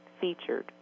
featured